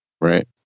Right